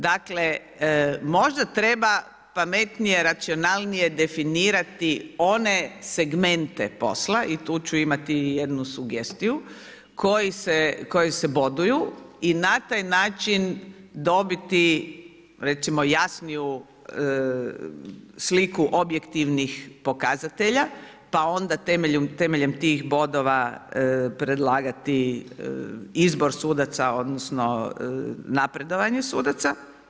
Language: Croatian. Dakle možda treba pametnije, racionalnije definirati one segmente posla i tu ću imati jednu sugestiju koji se boduju i na taj način dobiti recimo jasniju sliku objektivnih pokazatelja pa onda temeljem tih bodova predlagati izbor sudaca odnosno napredovanje sudaca.